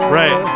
right